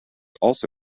also